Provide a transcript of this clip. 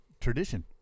tradition